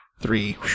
Three